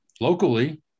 Locally